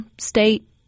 state